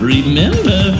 Remember